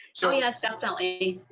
so yes definitely.